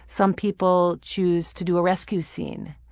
some people choose to do a rescue scene.